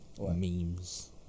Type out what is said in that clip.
Memes